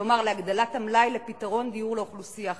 כלומר להגדלת המלאי לפתרון דיור לאוכלוסייה חלשה.